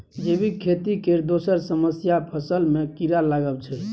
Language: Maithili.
जैबिक खेती केर दोसर समस्या फसल मे कीरा लागब छै